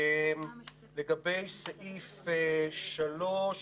לגבי סעיף 3(א)